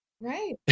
Right